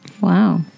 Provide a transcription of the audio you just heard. Wow